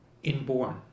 inborn